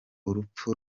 urupfu